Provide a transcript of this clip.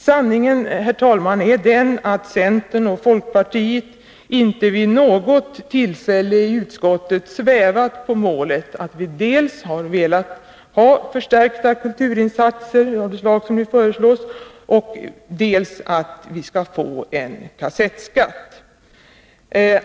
Sanningen, herr talman, är att centern och folkpartiet inte vid något tillfälle i utskottet svävat på målet — dels att vi skall ha förstärkta kulturinsatser av det slag som nu föreslås, dels att vi skall få en kassettskatt.